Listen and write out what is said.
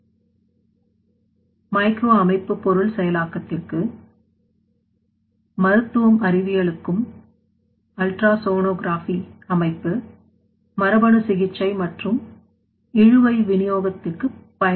micro காமெடி அமைப்பு பொருள் செயலாக்கத்திற்கு மருத்துவம் அறிவியலுக்கும் அல்ட்ரா சோனோகிராபி அமைப்பு மரபணு சிகிச்சை மற்றும் இழுவை விநியோகத்திற்கு ம்பயன்படுத்தப்படுகிறது